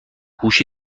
هوش